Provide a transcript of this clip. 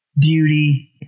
Beauty